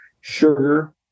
sugar